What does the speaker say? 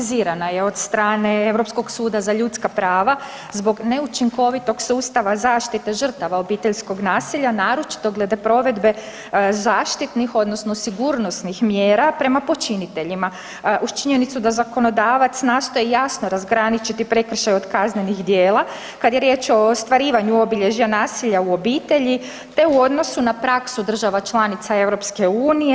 RH kritizirana je od strane Europskog suda za ljudska prava zbog neučinkovitog sustava zaštite žrtava obiteljskog nasilja naročito glede provedbe zaštitnih odnosno sigurnosnih mjera prema počiniteljima uz činjenicu da zakonodavac nastoji jasno razgraničiti prekršaj od kaznenih djela kada je riječ o ostvarivanju obilježja nasilja u obitelji te u odnosu na praksu država članica EU.